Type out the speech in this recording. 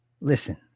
Listen